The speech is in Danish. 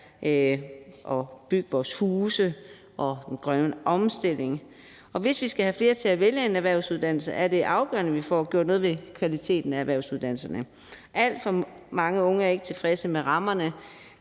at bygge vores huse og for den grønne omstilling. Hvis vi skal have flere til at vælge en erhvervsuddannelse, er det afgørende, at vi får gjort noget ved kvaliteten af erhvervsuddannelserne. Alt for mange unge er ikke tilfredse med rammerne